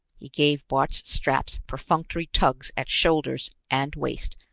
he gave bart's straps perfunctory tugs at shoulders and waist,